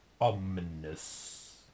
Ominous